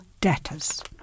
debtors